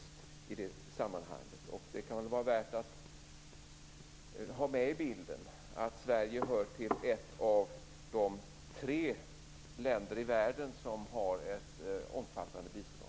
Det kan vara värt att ha med i bilden att Sverige är ett av de tre länder i världen som har ett omfattande bistånd.